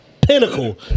Pinnacle